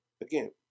Again